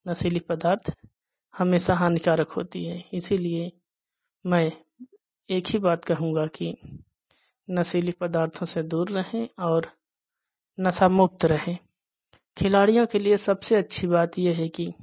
नशीले पदार्थ हमेशा हानिकारक होते हैं इसी लिए मैं एक ही बात कहूँगा कि नशीले पदार्थों से दूर रहें और नशा मुक्त रहें खिलाड़ियों के लिए सबसे अच्छी बात यह है कि